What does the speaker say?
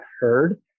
heard